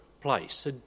place